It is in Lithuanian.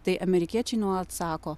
tai amerikiečiai nuolat sako